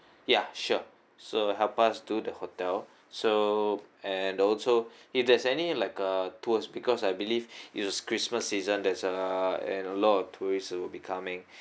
ya sure so help us do the hotel so and also if there's any like uh tours because I believe it's a christmas season there's uh and a lot of tourists will be coming